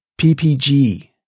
PPG